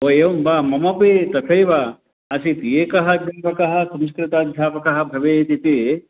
ओ एवं वा ममपि तथैव आसीत् एकः अध्यापकः संस्कृतध्यापकः भवेत् इति